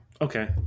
Okay